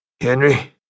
Henry